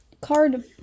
card